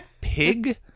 pig